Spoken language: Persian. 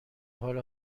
حال